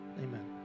Amen